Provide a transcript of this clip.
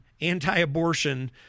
anti-abortion